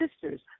sisters